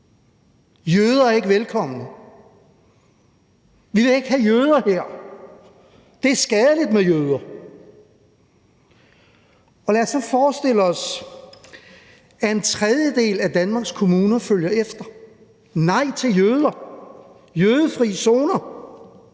jøder er ikke velkomne, vi vil ikke have jøder her, det er skadeligt med jøder – og lad os så forestille os, at en tredjedel af Danmarks kommuner følger efter med et nej til jøder og med jødefri zoner,